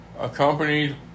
accompanied